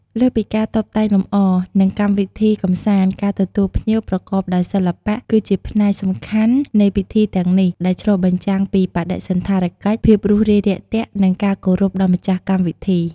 លើសពីការតុបតែងលម្អ និងកម្មវិធីកម្សាន្ត ការទទួលភ្ញៀវប្រកបដោយសិល្បៈ គឺជាផ្នែកសំខាន់នៃពិធីទាំងនេះ ដែលឆ្លុះបញ្ចាំងពីបដិសណ្ឋារកិច្ច ភាពរួសរាយរាក់ទាក់ និងការគោរពរបស់ម្ចាស់កម្មវិធី។